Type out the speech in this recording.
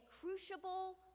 crucible